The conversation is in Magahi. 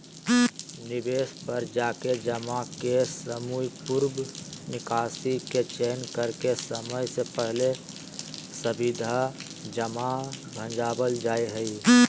निवेश पर जाके जमा के समयपूर्व निकासी के चयन करके समय से पहले सावधि जमा भंजावल जा हय